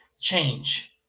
change